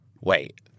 Wait